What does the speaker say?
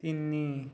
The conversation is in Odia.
ତିନି